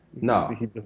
No